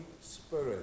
Spirit